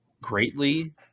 greatly